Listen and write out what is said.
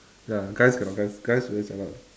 ya guys cannot guys guys always jialat